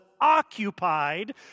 occupied